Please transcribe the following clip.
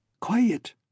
Quiet